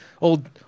old